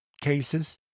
cases